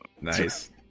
Nice